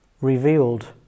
revealed